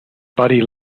buddy